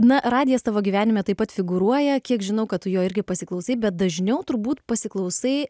na radijas tavo gyvenime taip pat figūruoja kiek žinau kad tu jo irgi pasiklausai bet dažniau turbūt pasiklausai